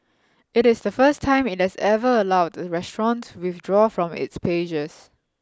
it is the first time it has ever allowed a restaurant to withdraw from its pages